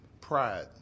pride